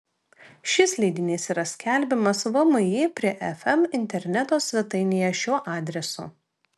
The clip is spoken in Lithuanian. šis leidinys yra skelbiamas vmi prie fm interneto svetainėje šiuo adresu